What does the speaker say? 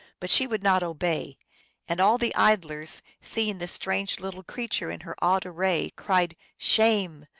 but she would not obey and all the idlers, seeing this strange little creature in her odd array, cried, shame!